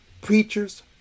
preachers